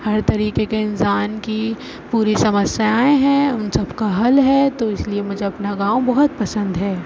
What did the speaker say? ہر طریقے کے انسان کی پوری سمسیائیں ہیں ان سب کا حل ہے تو اسلئے مجھے اپنا گاؤں بہت پسند ہے